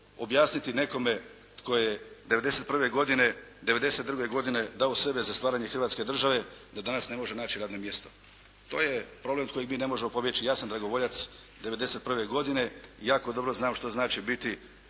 objasniti nekome tko je '91. godine, '92. godine dao sebe za stvaranje Hrvatske države, da danas ne može naći radno mjesto. To je problem od kojeg mi ne možemo pobjeći. Ja sam dragovoljac '91. godine i jako dobro znam što znači biti